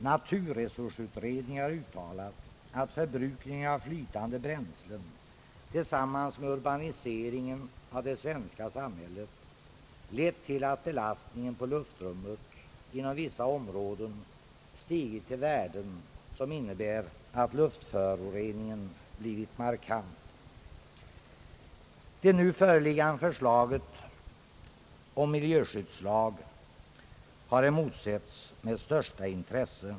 Naturresursutredningen har uttalat att förbrukningen av flytande bränslen tillsammans med urbaniseringen av det svenska samhället lett till att belastningen på luftrummet inom vissa områden stigit till värden, som innebär att luftföroreningen blivit markant. Det nu föreliggande förslaget till miljöskyddslag har emotsetts med största intresse.